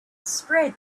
spread